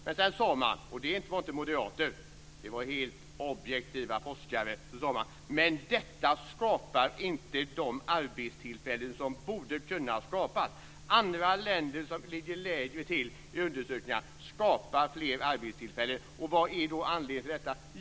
Men sedan sade man - och det var inte moderater utan helt objektiva forskare - att detta inte skapar de arbetstillfällen som borde kunna skapas. Andra länder som ligger sämre till i undersökningar skapar fler arbetstillfällen. Och vad är då anledningen till detta?